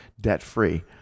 debt-free